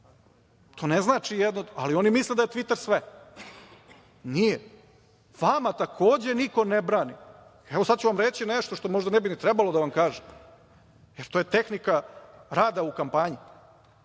To ne znači ništa. Ali, oni misle da je Tviter sve. Nije. Vama takođe niko ne brani, evo, sad ću vam reći što možda ne bi ni trebalo da vam kažem, jer to je tehnika rada u kampanji,